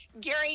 Gary